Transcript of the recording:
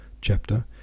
chapter